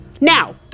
Now